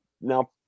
now